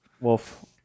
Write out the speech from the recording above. Wolf